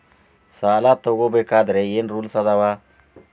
ಸಾಲ ತಗೋ ಬೇಕಾದ್ರೆ ಏನ್ ರೂಲ್ಸ್ ಅದಾವ?